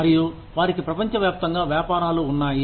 మరియు వారికి ప్రపంచ వ్యాప్తంగా వ్యాపారాలు ఉన్నాయి